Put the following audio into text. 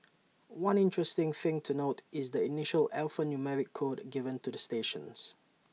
one interesting thing to note is the initial alphanumeric code given to the stations